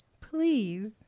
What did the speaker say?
please